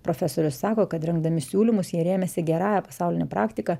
profesorius sako kad rengdami siūlymus jie rėmėsi gerąja pasauline praktika